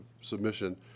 submission